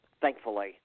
thankfully